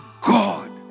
God